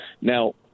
Now